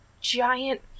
giant